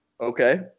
Okay